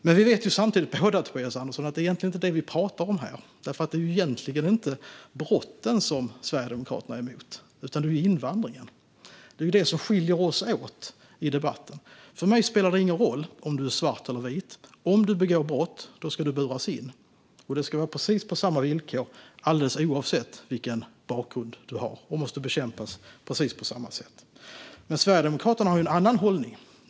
Samtidigt vet vi båda två, Tobias Andersson, att det egentligen inte är det vi pratar om här. Det är egentligen inte brotten som Sverigedemokraterna är emot, utan det är invandringen. Det är det som skiljer oss åt i debatten. För mig spelar det ingen roll om du är svart eller vit. Om du begår brott ska du buras in, och det ska ske på precis samma villkor alldeles oavsett vilken bakgrund du har. Brott måste bekämpas på precis samma sätt. Sverigedemokraterna har en annan hållning.